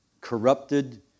corrupted